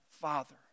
Father